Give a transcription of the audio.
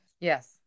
Yes